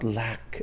lack